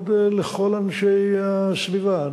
הכבוד לכל אנשי הסביבה,